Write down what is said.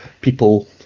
people